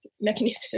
mechanism